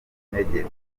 intege